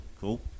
cool